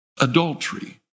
adultery